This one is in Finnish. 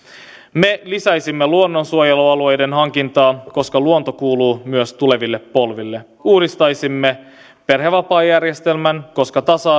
me lisäisimme luonnonsuojelualueiden hankintaa koska luonto kuuluu myös tuleville polville uudistaisimme perhevapaajärjestelmän koska tasa